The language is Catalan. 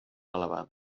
elevada